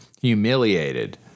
humiliated